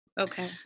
Okay